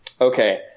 Okay